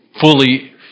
fully